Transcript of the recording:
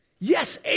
Yes